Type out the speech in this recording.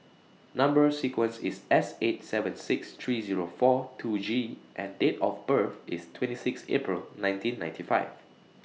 Number sequence IS S eight seven six three Zero four two G and Date of birth IS twenty six April nineteen ninety five